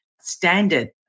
standard